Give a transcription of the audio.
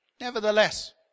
Nevertheless